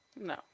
no